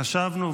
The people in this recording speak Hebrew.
חשבנו,